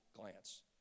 glance